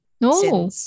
No